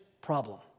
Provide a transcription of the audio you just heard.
problem